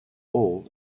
all